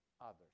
others